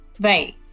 Right